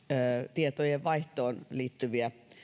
tietojenvaihtoon liittyviä